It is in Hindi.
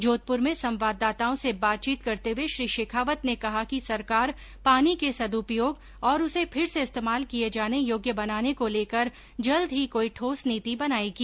जोधपुर में संवाददाताओं से बातचीत करते हुए श्री शेखावत ने कहा कि सरकार पानी के सद्पयोग और उसे फिर से इस्तेमाल किए जाने योग्य बनाने को लेकर जल्द ही कोई ठोस नीति बनाएगी